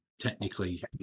technically